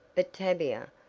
but tavia,